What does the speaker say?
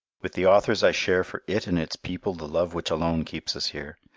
with the authors i share for it and its people the love which alone keeps us here.